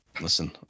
Listen